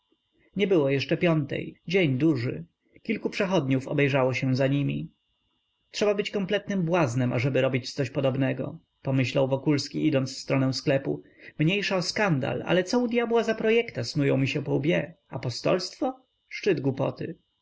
nie było jeszcze piątej dzień duży kilku przechodniów obejrzało się za nimi trzeba być kompletnym błaznem ażeby robić coś podobnego pomyślał wokulski idąc w stronę sklepu mniejsza o skandal ale co u dyabła za projekta snują mi się po łbie apostolstwo szczyt głupoty